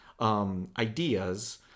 ideas